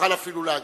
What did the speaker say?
ותוכל אפילו להגיב.